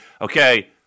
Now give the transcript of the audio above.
okay